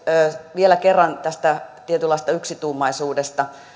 vielä kerran tästä tietynlaisesta yksituumaisuudesta